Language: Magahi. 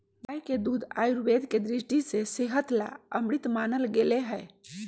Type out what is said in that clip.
गाय के दूध आयुर्वेद के दृष्टि से सेहत ला अमृत मानल गैले है